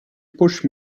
push